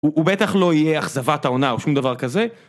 הוא בטח לא יהיה אכזבת העונה או שום דבר כזה.